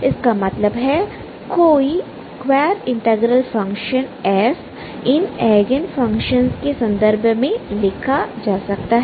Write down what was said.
इसका मतलब है कोई square integral function f in eigen functions के संदर्भ में लिखा जा सकता है